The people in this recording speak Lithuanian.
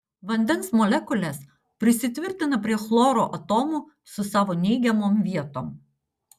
vandens molekulės prisitvirtina prie chloro atomų su savo neigiamom vietom